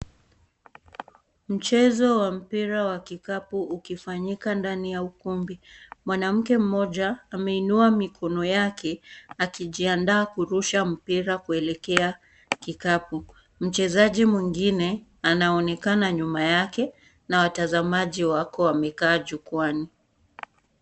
Mchezo wa mpira wa kikapu ukifanyika ndani ya ukumbi. Mwanamke mmoja ameinua mikono yake akijiandaa kurusha mpira kuelekea kikapu. Mchezaji mwingine anaonekana nyuma yake na watazamaji wako wamekaa chukuani.